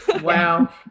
Wow